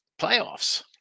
Playoffs